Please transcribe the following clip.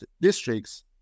districts